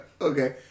Okay